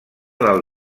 del